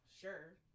sure